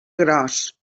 gros